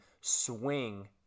swing